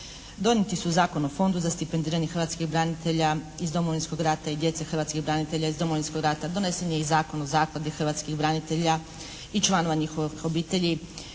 Donijeti su Zakon o Fondu za stipendiranje hrvatskih branitelja iz Domovinskog rata i djece hrvatskih branitelja iz Domovinskog rata. Donesen je i Zakon o zakladi hrvatskih branitelja i članova njihovih obitelji.